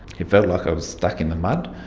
it felt like i was stuck in the mud.